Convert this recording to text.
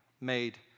made